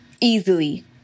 easily